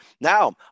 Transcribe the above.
Now